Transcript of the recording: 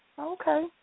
Okay